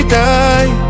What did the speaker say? die